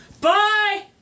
Bye